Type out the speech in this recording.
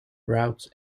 routes